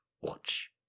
Watch